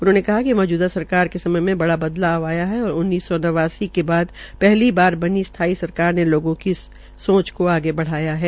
उन्होंने कहा कि मौजूदा सरकार के समय में बड़ा बदलाव आया है और उन्नीस सौ नवासी में बाद पहली बनी स्थायी सरकार ने लोगों की सोच को आगे बढ़ाया है